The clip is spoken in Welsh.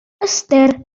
ystyr